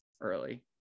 early